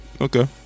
Okay